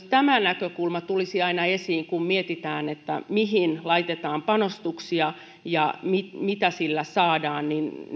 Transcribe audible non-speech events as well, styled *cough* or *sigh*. *unintelligible* tämä näkökulma tulisi aina esiin kun mietitään mihin laitetaan panostuksia ja mitä niillä saadaan